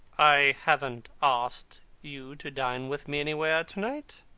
i haven't asked you to dine with me anywhere to-night.